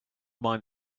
mind